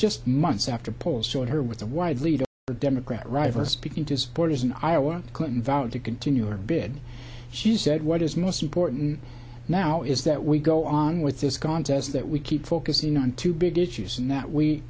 just months after polls showed her with a wide lead but democrat reiver speaking to supporters in iowa clinton vowed to continue her bid she said what is most important now is that we go on with this contest that we keep focusing on two big issues and that we